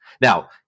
now